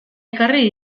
ekarri